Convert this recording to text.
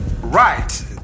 Right